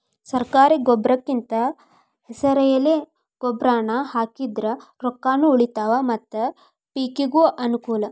ಸರ್ಕಾರಿ ಗೊಬ್ರಕಿಂದ ಹೆಸರೆಲೆ ಗೊಬ್ರಾನಾ ಹಾಕಿದ್ರ ರೊಕ್ಕಾನು ಉಳಿತಾವ ಮತ್ತ ಪಿಕಿಗೂ ಅನ್ನಕೂಲ